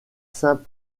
saint